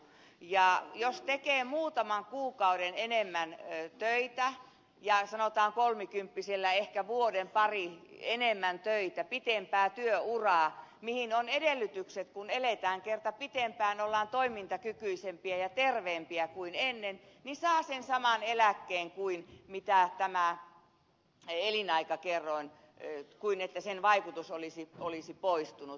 ja jos tekee muutaman kuukauden enemmän töitä ja sanotaan kolmekymppisillä ehkä vuoden pari enemmän töitä pitempää työuraa mihin on edellytykset kun eletään kerta pitempään ollaan toimintakykyisempiä ja terveempiä kuin ennen niin saa sen saman eläkkeen kuin on tämä elinaikakerroin eli sen vaikutus ei ole poistunut